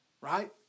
right